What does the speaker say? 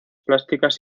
plásticas